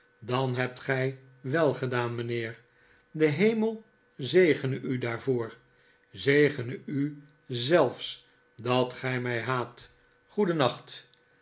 dan hebt gij wel gedaan mijnheer de hemel zegene u daarvoor zegene u zelfs dat gij mij haat